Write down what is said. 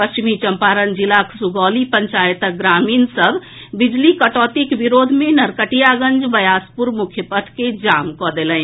पश्चिमी चम्पारण जिलाक सुगौली पंचायतक ग्रामीण सभ बिजली कटौतीक विरोध मे नरकटियागंज बयासपुर मुख्य पथ के जाम कऽ देलनि